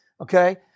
okay